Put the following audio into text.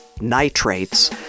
nitrates